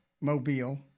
mobile